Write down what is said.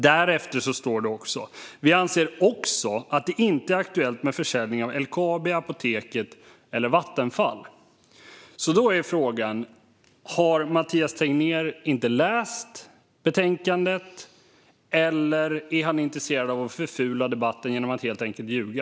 Därefter står det också att vi inte anser att det är aktuellt med försäljning av LKAB, Apoteket eller Vattenfall. Frågan är därför: Har Mathias Tegnér inte läst betänkandet, eller är han intresserad av att förfula debatten genom att helt enkelt ljuga?